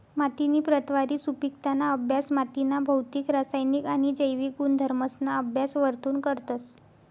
मातीनी प्रतवारी, सुपिकताना अभ्यास मातीना भौतिक, रासायनिक आणि जैविक गुणधर्मसना अभ्यास वरथून करतस